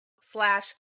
slash